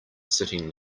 sitting